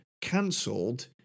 cancelled